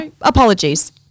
apologies